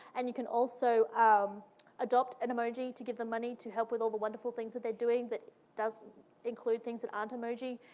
and you can also um adopt an emoji to give them money to help with all the wonderful that they're doing, that does include things that aren't emoji,